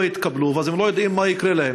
לא התקבלו, אז הם לא יודעים מה יקרה להם.